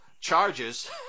Charges